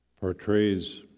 portrays